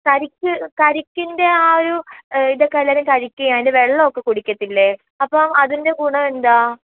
കരിക്ക് കരിക്കിൻ്റെ ആ ഒരു ഇതൊക്കെ എല്ലാവരും കഴിക്കുവേം അതിൻ്റെ വെള്ളമൊക്കെ കുടിക്കില്ലേ അപ്പോൾ അതിൻ്റെ ഗുണം എന്താണ്